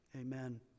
amen